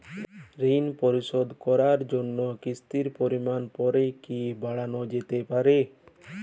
ঋন পরিশোধ করার জন্য কিসতির পরিমান পরে কি বারানো যেতে পারে?